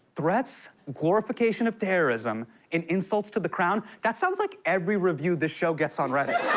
threats, glorification of terrorism and insults to the crown? that sounds like every review this show gets on reddit.